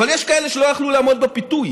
אבל יש כאלה שלא יכלו לעמוד בפיתוי: